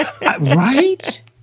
Right